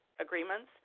agreements